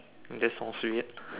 that's forcing it